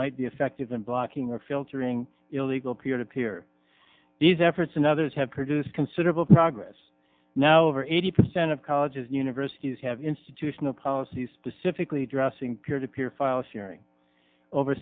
might be effective in blocking or filtering illegal peer to peer these efforts and others have produced considerable progress now over eighty percent of colleges universities have institutional policy specifically addressing peer to peer file sharing over